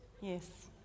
Yes